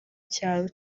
cyaro